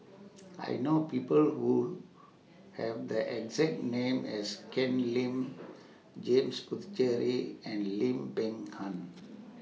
I know People Who Have The exact name as Ken Lim James Puthucheary and Lim Peng Han